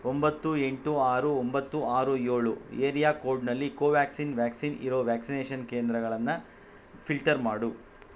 ಒಂಬತ್ತು ಎಂಟು ಆರು ಒಂಬತ್ತು ಆರು ಏಳು ಏರಿಯಾ ಕೋಡ್ನಲ್ಲಿ ಕೋವ್ಯಾಕ್ಸಿನ್ ವ್ಯಾಕ್ಸಿನ್ ಇರೋ ವ್ಯಾಕ್ಸಿನೇಷನ್ ಕೇಂದ್ರಗನ್ನು ಫಿಲ್ಟರ್ ಮಾಡು